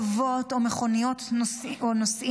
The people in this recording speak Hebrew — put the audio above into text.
ללא רכבות או מכוניות נוסעים.